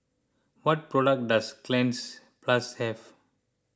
what products does Cleanz Plus have